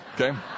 Okay